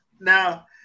Now